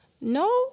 No